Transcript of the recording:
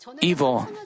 evil